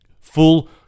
full